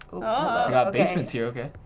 ah but basements here, okay.